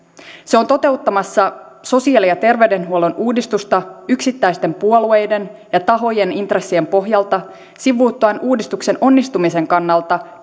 se on toteuttamassa sosiaali ja ter veydenhuollon uudistusta yksittäisten puolueiden ja tahojen intressien pohjalta sivuuttaen uudistuksen onnistumisen kannalta